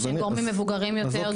גורמים מבוגרים יותר,